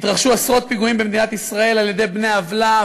התרחשו עשרות פיגועים במדינת ישראל על-ידי בני עוולה,